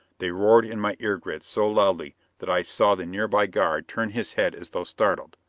they roared in my ear-grids so loudly that i saw the nearby guard turn his head as though startled.